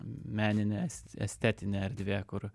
meninė estetinė erdvė kur